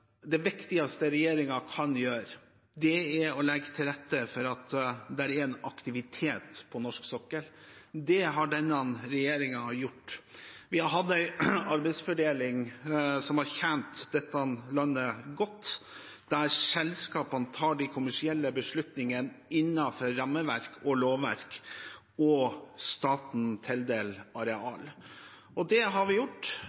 aktivitet på norsk sokkel. Det har denne regjeringen gjort. Vi har hatt en arbeidsfordeling som har tjent dette landet godt, der selskapene tar de kommersielle beslutningene innenfor rammeverk og lovverk og staten tildeler areal. Det har vi gjort.